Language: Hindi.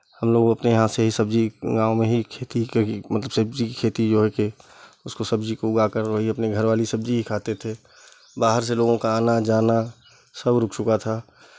हमलोग अपने यहाँ से ही सब्जी गाँव में ही खेती मतलब सब्जी की खेती जो है कि उसको सब्जी को उगा कर अपने घर वाली सब्जी ही खाते थे बाहर से लोगों का आना जाना सब रुक चुका था